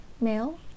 male